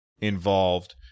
involved